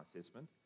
assessment